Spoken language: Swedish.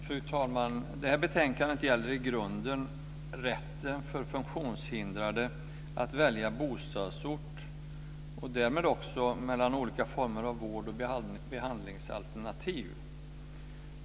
Fru talman! Det här betänkandet gäller i grunden rätten för funktionshindrade att välja bostadsort och därmed också mellan olika former av vård och behandlingsalternativ.